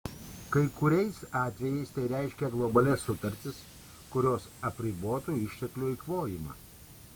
kai kuriais atvejais tai reiškia globalias sutartis kurios apribotų išteklių eikvojimą